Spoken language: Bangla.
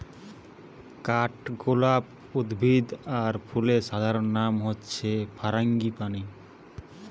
কাঠগোলাপ উদ্ভিদ আর ফুলের সাধারণ নাম হচ্ছে ফারাঙ্গিপানি